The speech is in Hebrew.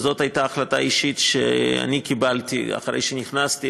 וזאת הייתה החלטה אישית שאני קיבלתי אחרי שנכנסתי